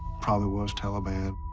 probably was taliban.